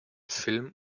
film